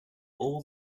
all